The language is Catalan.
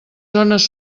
zones